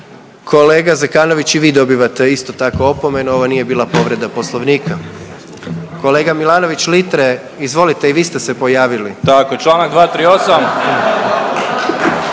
Kolega Zekanović i vi dobivate isto tako opomenu, ovo nije bila povreda Poslovnika. Kolega Milanović Litre izvolite i vi ste se pojavili. **Milanović